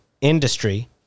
industry